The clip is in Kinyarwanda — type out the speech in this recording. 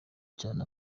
cyane